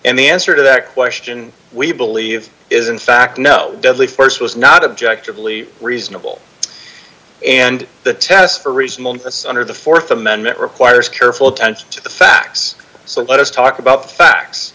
and the answer to that question we believe is in fact no deadly force was not objective really reasonable and the test for reasonableness under the th amendment requires careful attention to the facts so let us talk about the facts